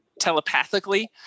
telepathically